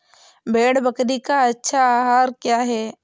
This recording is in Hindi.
भेड़ बकरी का अच्छा आहार क्या है?